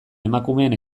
emakumeen